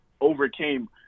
overcame